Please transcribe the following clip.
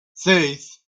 seis